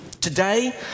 Today